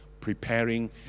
preparing